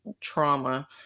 trauma